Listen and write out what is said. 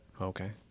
Okay